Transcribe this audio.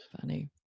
Funny